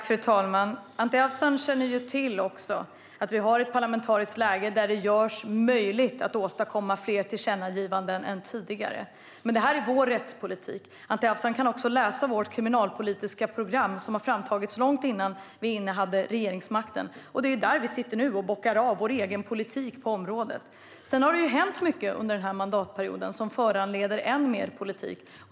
Fru talman! Som Anti Avsan känner till har vi ett parlamentariskt läge där det görs möjligt att åstadkomma fler tillkännagivanden än tidigare. Men det här är vår rättspolitik. Anti Avsan kan också läsa vårt kriminalpolitiska program, som togs fram långt innan vi innehade regeringsmakten; det är där vi nu sitter och bockar av vår egen politik på området. Sedan har det hänt mycket under den här mandatperioden som föranleder än mer politik.